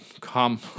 come